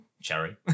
Cherry